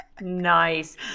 Nice